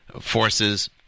forces